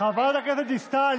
שגם תעלה כסף למדינת